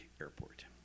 Airport